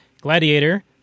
Gladiator